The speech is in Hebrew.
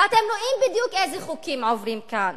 ואתם רואים בדיוק איזה חוקים עוברים כאן.